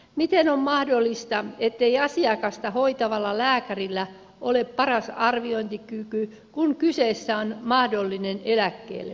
miten on mahdollista ettei asiakasta hoitavalla lääkärillä ole paras arviointikyky kun kyseessä on mahdollinen eläkkeellepääsy